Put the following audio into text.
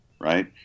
right